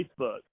Facebook